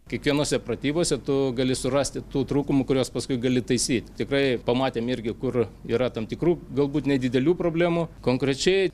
kiekvienose pratybose tu gali surasti tų trūkumų kuriuos paskui gali taisyt tikrai pamatėm irgi kur yra tam tikrų galbūt nedidelių problemų konkrečiai